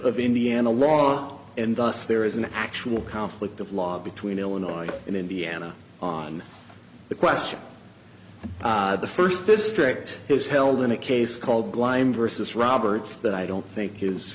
of indiana law and thus there is an actual conflict of law between illinois and indiana on the question of the first district is held in a case called lyme versus roberts that i don't think is